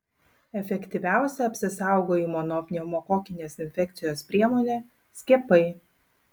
efektyviausia apsisaugojimo nuo pneumokokinės infekcijos priemonė skiepai